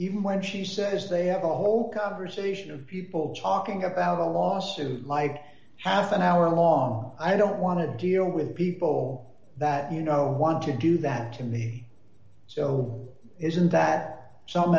even when she says they have a whole conversation a few people talking about a lawsuit might have been our law i don't want to deal with people that you know want to do that to me so isn't that some